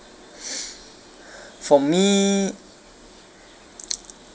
for me